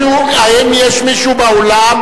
האם יש עוד מישהו באולם?